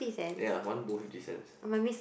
ya one bowl fifty cents